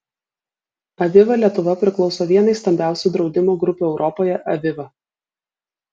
aviva lietuva priklauso vienai stambiausių draudimo grupių europoje aviva